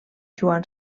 joan